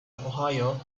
ohio